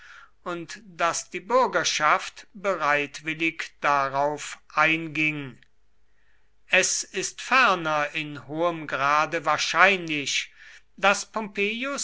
und daß die bürgerschaft bereitwillig darauf einging es ist ferner in hohem grade wahrscheinlich daß pompeius